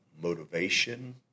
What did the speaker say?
motivation